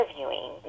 interviewing